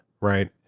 right